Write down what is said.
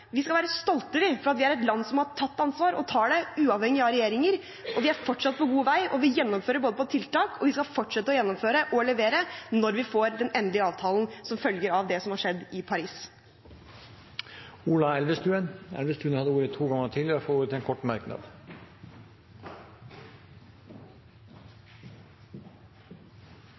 Vi skal være stolte over at Norge er et land som har tatt ansvar, og som tar det uavhengig av regjeringer. Vi er fortsatt på god vei. Vi gjennomfører tiltak, og vi skal fortsette å gjennomføre og levere når vi får den endelige avtalen som følger av det som har skjedd i Paris. Representanten Ola Elvestuen har hatt ordet to ganger tidligere og får ordet til en kort merknad,